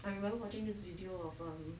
I remember watching this video of um